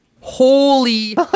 Holy